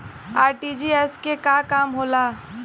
RTGS के का काम होला?